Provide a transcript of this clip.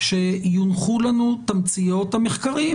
שיונחו לנו תמציות המחקרים,